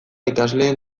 ikasleen